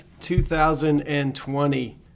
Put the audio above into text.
2020